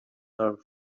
are